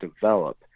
develop